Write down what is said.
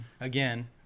again